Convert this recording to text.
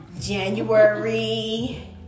January